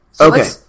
Okay